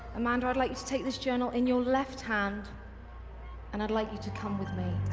amanda i'd like you to take this journal in your left hand and i'd like you to come with me